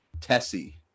Tessie